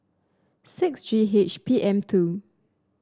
six G H P M two